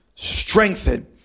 strengthen